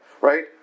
right